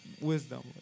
wisdom